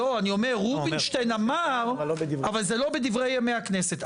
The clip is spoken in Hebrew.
רובינשטיין אמר, אבל זה לא בדברי ימי הכנסת.